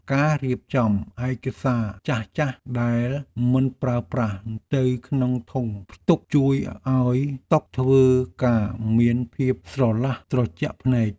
ការរៀបចំឯកសារចាស់ៗដែលមិនប្រើប្រាស់ទៅក្នុងធុងផ្ទុកជួយឱ្យតុធ្វើការមានភាពស្រឡះត្រជាក់ភ្នែក។